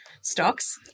stocks